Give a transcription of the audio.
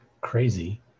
crazy